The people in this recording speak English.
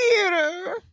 theater